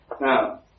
Now